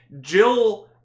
Jill